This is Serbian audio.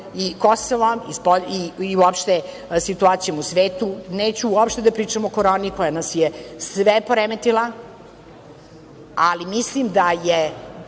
i Kosovom i uopšte situacijom u svetu, neću uopšte da pričam o koroni koja nas je sve poremetila, ali mislim da je